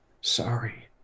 sorry